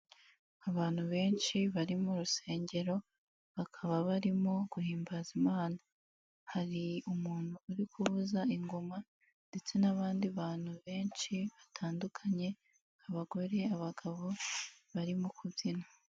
Abantu benshi bari mu rusengero bakaba barimo guhimbaza imana, hari umuntu uri kuvuza ingoma ndetse n'abandi bantu benshi batandukanye abagore, abagabo barimo kubyina.